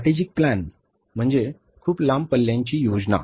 strategic plan म्हणजे खूप लांब पल्ल्याची योजना